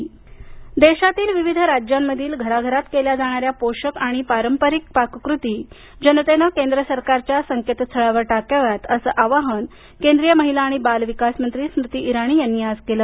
स्मुती इराणी देशातील विविध राज्यांमधील घराघरांत केल्या जाणाऱ्या पोषक आणि पारंपरिक पाककृती जनतेनं केंद्र सरकारच्या संकेत स्थळावर टाकाव्यात असं आवाहन केंद्रीय महिला आणि बाल विकास मंत्री स्मृती इराणी यांनी आज केलं